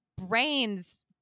brains